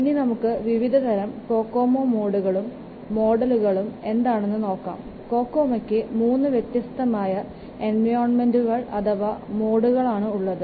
ഇനി നമുക്ക് വിവിധതരം കൊക്കോമോ മോഡുകളും മോഡലുകളും എന്താണെന്ന് നോക്കാം കൊക്കോമൊയ്ക്ക് 3 വ്യത്യസ്തമായ എൻവിയോൺമെന്റുകൾ അഥവാ മോഡുകളാണ് ഉള്ളത്